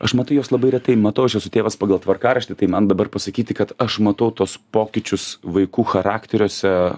aš matai juos labai retai matau aš esu tėvas pagal tvarkaraštį tai man dabar pasakyti kad aš matau tuos pokyčius vaikų charakteriuose